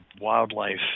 wildlife